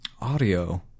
Audio